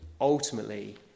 ultimately